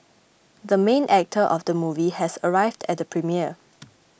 the main actor of the movie has arrived at the premiere